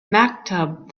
maktub